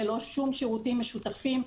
ללא שום שירותים משותפים,